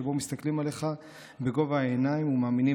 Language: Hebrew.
שבו מסתכלים עלייך בגובה העיניים ומאמינים